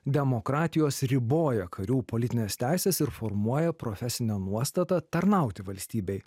demokratijos riboja karių politines teises ir formuoja profesinę nuostatą tarnauti valstybei